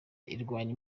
irwanya